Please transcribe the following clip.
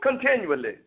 continually